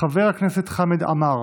חבר הכנסת חמד עמאר,